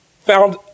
found